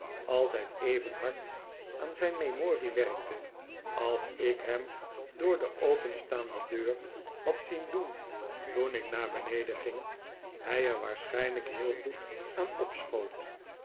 altijd even hard aan zijn memorie werkte als ik hem door de openstaande deur had zien doen toen ik naar beneden ging hij er waarschijnlijk heel goed aan opschoot